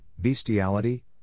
bestiality